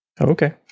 Okay